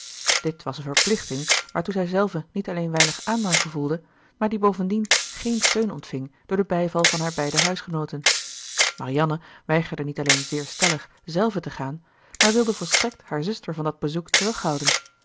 dit was een verplichting waartoe zij zelve niet alleen weinig aandrang gevoelde maar die bovendien geen steun ontving door den bijval van haar beide huisgenooten marianne weigerde niet alleen zeer stellig zelve te gaan maar wilde volstrekt haar zuster van dat bezoek terughouden